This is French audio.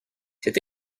cet